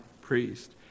priest